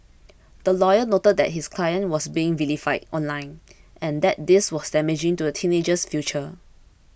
the lawyer noted that his client was being vilified online and that this was damaging to the teenager's future